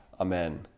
Amen